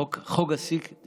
חוק הסיגד